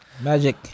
Magic